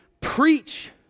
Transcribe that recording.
preach